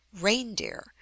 reindeer